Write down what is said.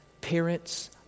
parents